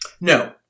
No